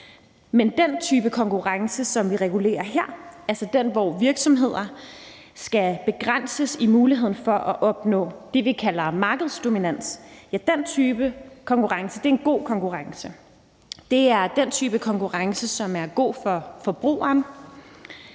Men den type konkurrence, som vi regulerer her, altså den, hvor virksomheder skal begrænses i muligheden for at opnå det, vi kalder markedsdominans, er en god konkurrence. Det er den type konkurrence, som er god for forbrugeren;